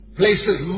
places